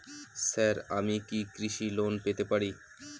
Sir আমি কি কৃষি লোন পেতে পারি?